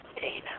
Dana